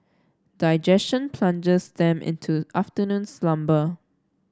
digestion plunges them into afternoon slumber